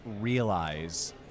realize